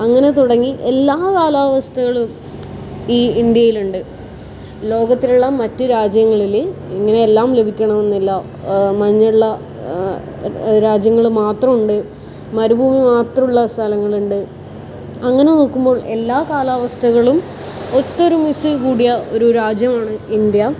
അങ്ങനെ തുടങ്ങി എല്ലാ കാലാവസ്ഥകളും ഈ ഇന്ത്യയിലുണ്ട് ലോകത്തിലുള്ള മറ്റ് രാജ്യങ്ങളിൽ ഇങ്ങനെയെല്ലാം ലഭിക്കണമെന്നില്ല മഞ്ഞുള്ള രാജ്യങ്ങൾ മാത്രമുണ്ട് മരുഭൂമി മാത്രമുള്ള സ്ഥലങ്ങളുണ്ട് അങ്ങനെ നോക്കുമ്പോൾ എല്ലാ കാലാവസ്ഥകളും ഒത്തൊരുമിച്ച് കൂടിയ ഒരു രാജ്യമാണ് ഇന്ത്യ